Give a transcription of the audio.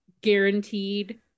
guaranteed